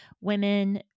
women